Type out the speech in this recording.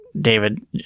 David